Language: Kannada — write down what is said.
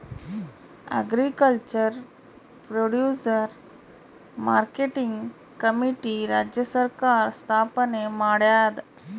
ಅಗ್ರಿಕಲ್ಚರ್ ಪ್ರೊಡ್ಯೂಸರ್ ಮಾರ್ಕೆಟಿಂಗ್ ಕಮಿಟಿ ರಾಜ್ಯ ಸರ್ಕಾರ್ ಸ್ಥಾಪನೆ ಮಾಡ್ಯಾದ